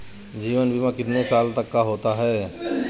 जीवन बीमा कितने साल तक का होता है?